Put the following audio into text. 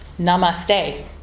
namaste